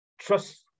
trust